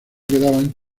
quedaban